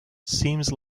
seems